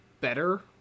better